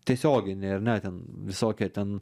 tiesioginį ar ne ten visokie ten